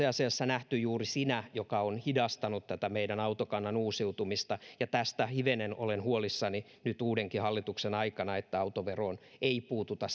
asiassa nähty juuri sinä joka on hidastanut tätä meidän autokannan uusiutumista ja tästä hivenen olen huolissani nyt uudenkin hallituksen aikana että autoveroon ei puututa